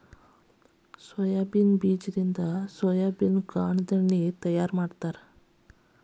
soybean ಬೇಜದಿಂದ ಸೋಯಾಬೇನ ಗಾಂದೆಣ್ಣಿ ತಯಾರ ಮಾಡ್ತಾರ